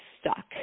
stuck